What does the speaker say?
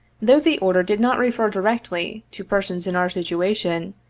though the order did not refer directly to persons in our situation,